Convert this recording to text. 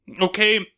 okay